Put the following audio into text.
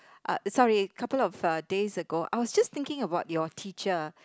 uh sorry couple of uh days ago I was just thinking about your teacher